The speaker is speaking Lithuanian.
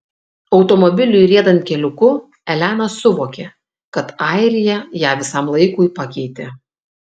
automobiliui riedant keliuku elena suvokė kad airija ją visam laikui pakeitė